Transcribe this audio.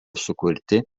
sukurti